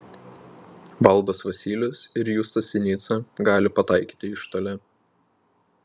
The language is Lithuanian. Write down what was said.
valdas vasylius ir justas sinica gali pataikyti iš toli